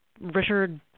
Richard